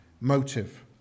motive